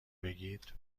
بگید